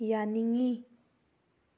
ꯌꯥꯅꯤꯡꯉꯤ